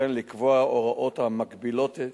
וכן לקבוע הוראות המגבילות את